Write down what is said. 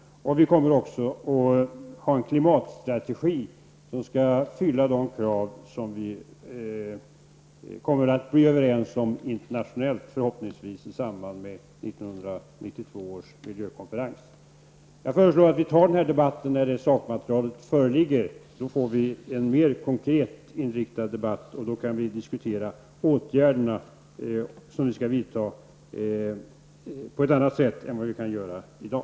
Vi kommer också att ha en klimatstrategi som skall fylla de krav som det förhoppningsvis kommer att träffas en internationell överenskommelse om i samband med Jag föreslår att vi tar debatten när sakmaterialet föreligger. Då får vi en mer konkret debatt, och då kan vi diskutera vilka åtgärder som skall vidtas, på ett annat sätt än vad vi kan göra i dag.